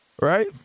right